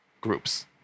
groups